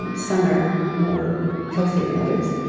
um some are more healthy than others,